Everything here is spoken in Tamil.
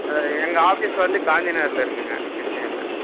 சரி எங்கள் ஆஃபீஸ் வந்து காந்திநகரில் இருக்குங்க கிருஷ்ணகிரில்